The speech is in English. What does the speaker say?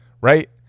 right